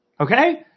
Okay